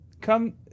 come